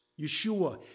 Yeshua